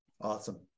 Awesome